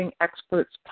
Experts